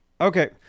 okay